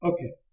Okay